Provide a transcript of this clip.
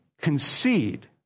concede